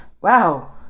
Wow